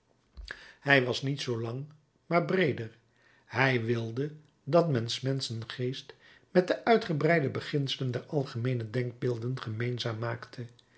hij was niet zoo lang maar breeder hij wilde dat men s menschen geest met de uitgebreide beginselen der algemeene denkbeelden gemeenzaam maakte